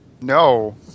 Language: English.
No